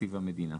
מתקציב המדינה.".